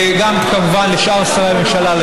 וגם כמובן לשאר שרי הממשלה,